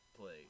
play